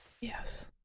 Yes